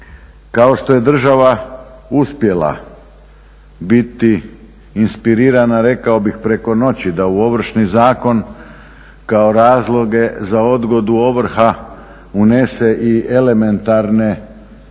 Kao što je država uspjela biti inspirirana, rekao bih preko noći, da u Ovršni zakon kao razloge za odgodu ovrha unese i elementarne